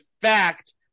fact